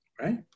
Right